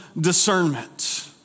discernment